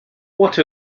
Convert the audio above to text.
what